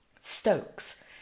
Stokes